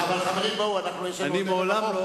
אני מעולם לא